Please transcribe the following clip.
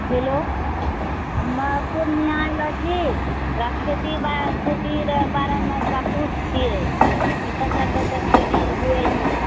hello हमे पूर्णिया आएलो छी थोड़ा खेती बारे खेती रऽ बारेमे थोड़ा पूछतिऐ कि कैसे कैसे खेती हुए छै